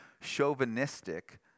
chauvinistic